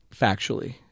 factually